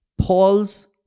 Paul's